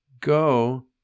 go